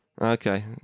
Okay